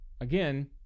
Again